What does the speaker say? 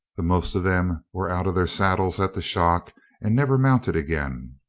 the most of them were out of their saddles at the shock and never mounted again.